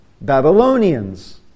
Babylonians